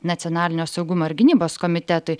nacionalinio saugumo ir gynybos komitetui